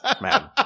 man